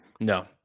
No